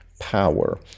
power